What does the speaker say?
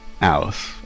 alice